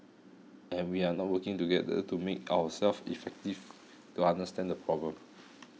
and we are not working together to make ourselves effective to understand the problem